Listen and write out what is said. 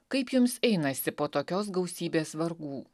kaip jums einasi po tokios gausybės vargų